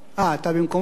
אתה במקומו?